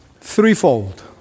Threefold